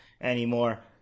anymore